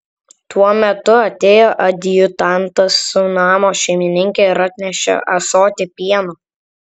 tuo metu atėjo adjutantas su namo šeimininke ir atnešė ąsotį pieno